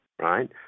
Right